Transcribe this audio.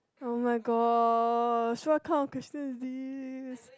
oh-my-god so much kind of questions this